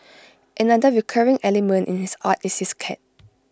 another recurring element in his art is his cat